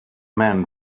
men